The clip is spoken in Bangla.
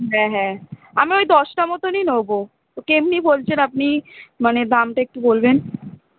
হ্যাঁ হ্যাঁ আমি ওই দশটা মতনই নেবো তো কেমনি বলছেন আপনি মানে দামটা একটু বলবেন